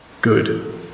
good